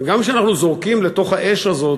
וגם כשאנחנו זורקים לתוך האש הזאת,